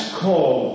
call